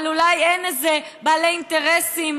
אבל אולי אין איזה בעלי אינטרסים,